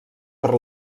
per